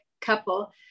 couple